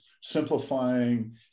simplifying